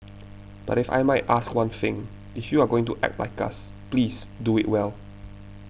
but if I might ask one thing if you are going to act like us please do it well